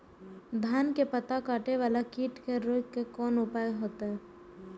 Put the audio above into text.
धान के पत्ता कटे वाला कीट के रोक के कोन उपाय होते?